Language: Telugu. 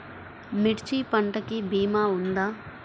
మిర్చి పంటకి భీమా ఉందా?